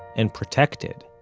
and protected.